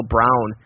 Brown